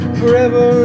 forever